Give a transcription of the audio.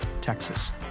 Texas